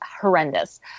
horrendous